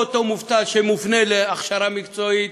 או אותו מובטל שמופנה להכשרה מקצועית,